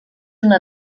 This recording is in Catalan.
una